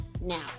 now